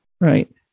Right